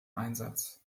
einsatz